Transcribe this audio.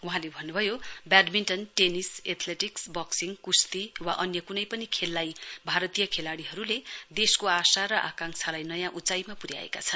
वहाँले भन्नुभयो badminton tennis athletics boxing कुश्ती वा अन्य कुनै पनि खेललाई बारतीय खेलाड़ीहरुले देशको आशा र आकांक्षालाई नयाँ उचाईमा पुर्याएका छन्